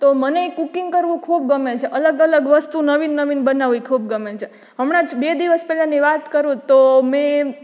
તો મનેય કૂકિંગ કરવું ખૂબ ગમે છે અલગ અલગ વસ્તુ નવીન નવીન બનાવવી ખૂબ ગમે છે હમણાં જ બે દિવસ પહેલાંની વાત કરું તો મેં